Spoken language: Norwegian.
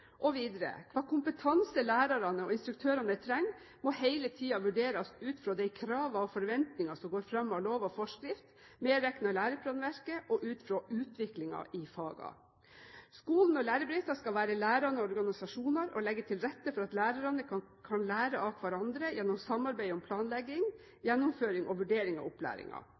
Og videre: «Kva kompetanse lærarane og instruktørane treng, må heile tida vurderast ut frå dei krava og forventningane som går fram av lov og forskrift, medrekna læreplanverket, og ut frå utviklinga i faga. Skolen og lærebedrifta skal vere lærande organisasjonar og leggje til rette for at lærarane kan lære av kvarandre gjennom samarbeid om planlegging, gjennomføring og vurdering av opplæringa.